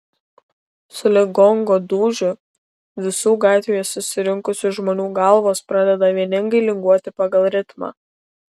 sulig gongo dūžiu visų gatvėje susirinkusių žmonių galvos pradeda vieningai linguoti pagal ritmą